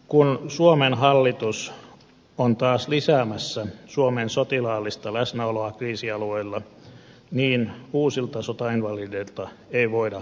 kun suomen hallitus on taas lisäämässä suomen sotilaallista läsnäoloa kriisialueilla niin uusilta sotainvalideilta ei voida välttyä